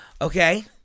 Okay